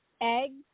eggs